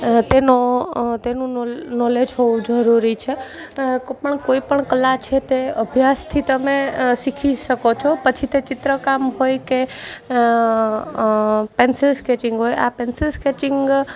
તેનો તેનું નોલ નોલેજ હોવું જરૂરી છે કોઈપણ કલા છે તે અભ્યાસથી તમે શીખી શકો છો પછી તે ચિત્રકામ હોય કે પેન્સિલ સ્કેચિંગ હોય આ પેન્સિલ સ્કેચિંગ